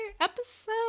episode